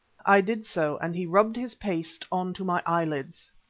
i did so, and he rubbed his paste on to my eyelids.